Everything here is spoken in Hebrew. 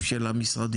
התקציב של המשרדים,